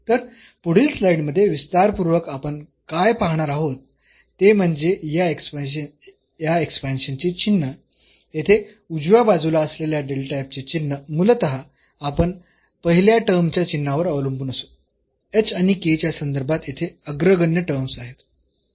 तर पुढील स्लाईड मध्ये विस्तारपूर्वक आपण काय पाहणार आहोत ते म्हणजे या एक्सपांशनचे चिन्ह येथे उजव्या बाजूला असलेल्या चे चिन्ह मूलतः आपण पहिल्या टर्मच्या चिन्हावर अवलंबून असू च्या संदर्भात येथे अग्रगण्य टर्म्स आहेत